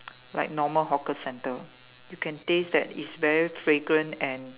like normal hawker center you can taste that it's very fragrant and